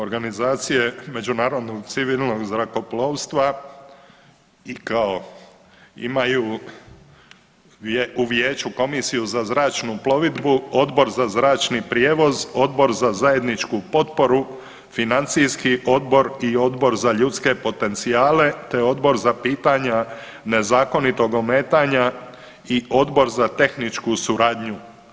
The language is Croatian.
Organizacije međunarodnog civilnog zrakoplovstva i kao imaju u vijeću Komisiju za zračnu plovidbu, Odbor za zračni prijevoz, Odbor za zajedničku potporu, Financijski odbor i Odbor za ljudske potencijale, te Odbor za pitanja nezakonitog ometanja i Odbor za tehničku suradnju.